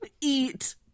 Eat